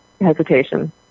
hesitation